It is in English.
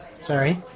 Sorry